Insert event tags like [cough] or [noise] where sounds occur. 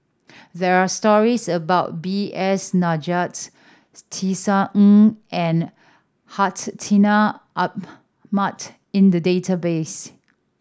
there are stories about B S [unintelligible] Tisa Ng and Hartinah Ahmad in the database